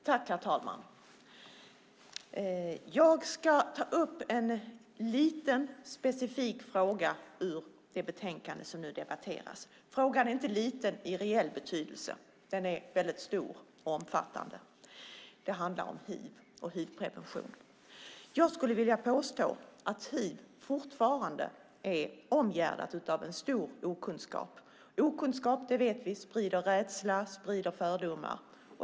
Herr talman! Jag ska ta upp en liten, specifik fråga ur det betänkande som nu debatteras. Men frågan är inte liten i reell betydelse. Den är stor och omfattande. Det handlar om hiv och om hivprevention. Jag skulle vilja påstå att hiv fortfarande är omgärdat av stor okunskap. Vi vet att okunskap sprider rädsla och fördomar.